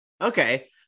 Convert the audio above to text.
Okay